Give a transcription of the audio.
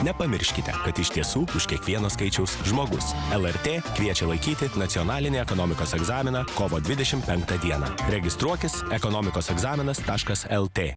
nepamirškite kad iš tiesų už kiekvieno skaičiaus žmogus lrt kviečia laikyti nacionalinį ekonomikos egzaminą kovo dvidešimt penktą dieną registruokis ekonomikos egzaminas taškas lt